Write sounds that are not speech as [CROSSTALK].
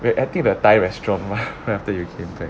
we were eating at the thai restaurant mah [LAUGHS] right after you came back